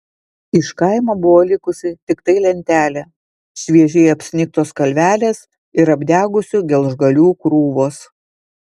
iš kaimo buvo likusi tiktai lentelė šviežiai apsnigtos kalvelės ir apdegusių geležgalių krūvos